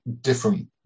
different